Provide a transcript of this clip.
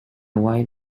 wide